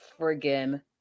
friggin